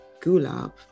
gulab